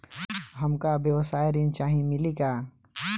हमका व्यवसाय ऋण चाही मिली का?